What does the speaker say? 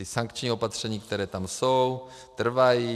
Sankční opatření, která tam jsou, trvají.